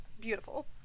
beautiful